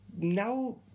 now